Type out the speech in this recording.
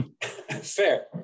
Fair